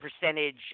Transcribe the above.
percentage